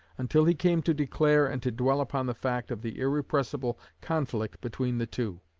until he came to declare and to dwell upon the fact of the irrepressible conflict between the two.